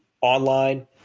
online